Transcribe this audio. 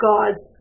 God's